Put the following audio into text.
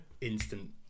instant